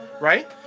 right